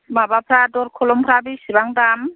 माबाफ्रा दरखलमफ्रा बेसेबां दाम